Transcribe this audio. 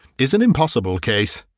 is an impossible case.